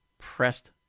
pressed